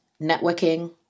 networking